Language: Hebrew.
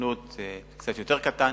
סוכנות זה קצת יותר קטן,